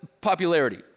popularity